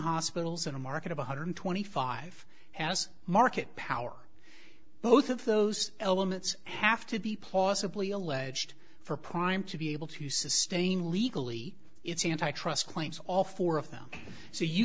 hospitals in a market of one hundred twenty five has market power both of those elements have to be plausibly alleged for primed to be able to sustain legally it's anti trust claims all four of them so you